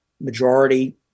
majority